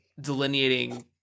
delineating